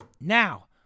Now